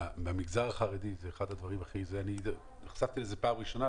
במגזר החרדי, נחשפתי לזה פעם ראשונה.